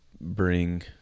bring